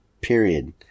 Period